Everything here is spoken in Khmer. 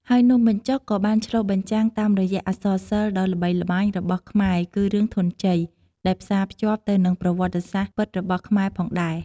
ហើយនំបញ្ចុកក៏បានឆ្លុះបញ្ចាំងតាមរយៈអក្សរសិល្ប៏ដ៏ល្បីល្បាញរបស់ខ្មែរគឺរឿងធន់ជ័យដែលផ្សាភ្ជាប់ទៅនិងប្រវត្តិសាស្ត្រពិតរបស់ខ្មែរផងដែរ។